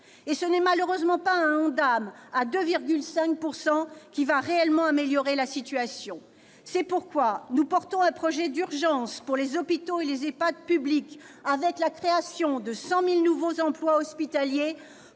Ce n'est malheureusement pas un ONDAM à 2,5 % qui améliorera réellement la situation. C'est pourquoi nous portons un projet d'urgence pour les hôpitaux et les EHPAD publics, avec la création de 100 000 nouveaux emplois hospitaliers